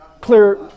Clear